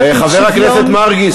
חבר הכנסת מרגי,